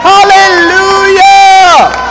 Hallelujah